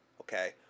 okay